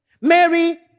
Mary